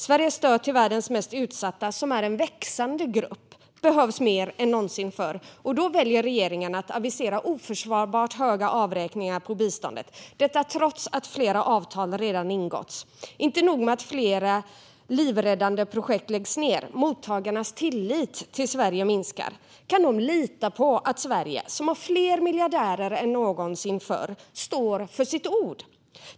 Sveriges stöd till världens mest utsatta, som är en växande grupp, behövs mer än någonsin, och då väljer regeringen att avisera oförsvarbart höga avräkningar på biståndet, detta trots att flera avtal redan ingåtts. Inte nog med att flera livräddande projekt läggs ned, utan mottagarnas tillit till Sverige minskar. Kan de lita på att Sverige, som har fler miljardärer än någonsin, står vid sitt ord?